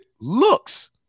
looks